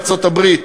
ארצות-הברית,